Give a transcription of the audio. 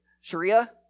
Sharia